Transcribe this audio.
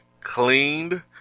cleaned